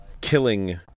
killing